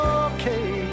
okay